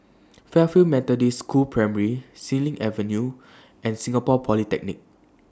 Fairfield Methodist School Primary Xilin Avenue and Singapore Polytechnic